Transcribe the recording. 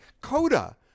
Coda